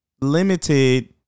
limited